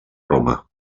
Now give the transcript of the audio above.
roma